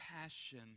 passion